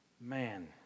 Man